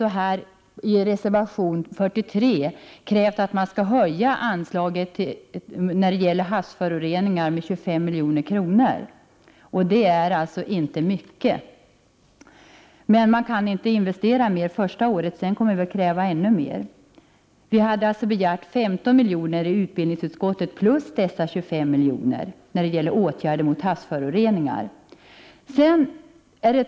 Vi har i reservation 43 krävt en höjning av anslaget till forskning om havsföroreningar med 25 milj.kr. Det är inte mycket! Man kan inte investera mer första året. Vi kommer att kräva större anslag senare. Vi hade i utbildningsutskottet begärt 15 milj.kr. plus dessa 25 miljoner för åtgärder mot havsföroreningar.